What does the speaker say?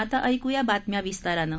आता ऐकूया बातम्या विस्तारानं